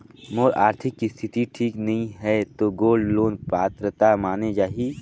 मोर आरथिक स्थिति ठीक नहीं है तो गोल्ड लोन पात्रता माने जाहि?